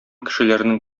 кешеләрнең